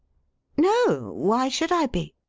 no. why should i be?